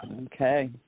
Okay